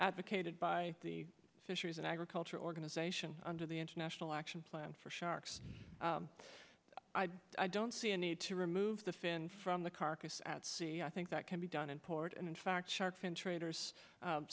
advocated by the fisheries and agriculture organization under the international action plan for sharks i don't see a need to remove the fin from the carcass at sea i think that can be done in part and in fact shark fin traders